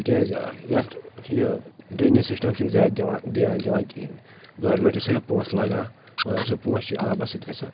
تِکیٛازِ یَتھ یہِ ڈرٛینیج سِسٹَم چھُنہٕ زیادٕ دِوان دیان دِوان کِہیٖنۍ گورمٮ۪نٛٹ چھِ صرف پۅنٛسہٕ لگان مگر سُہ پۅنٛسہٕ چھِ آبَس سۭتۍ گژھان